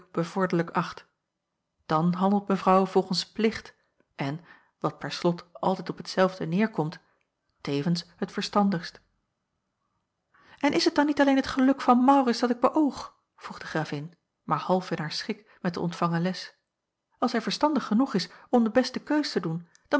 bevorderlijk acht dan handelt mevrouw volgens plicht en wat per slot altijd op hetzelfde neêrkomt tevens het verstandigst en is het dan niet alleen het geluk van maurits dat ik beöog vroeg de gravin maar half in haar schik met de ontvangen les als hij verstandig genoeg is om de beste keus te doen